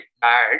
bad